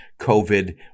COVID